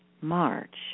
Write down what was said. march